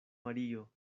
mario